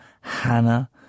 Hannah